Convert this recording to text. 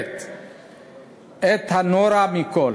שעוברת את הנורא מכול.